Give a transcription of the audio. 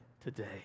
today